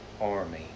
army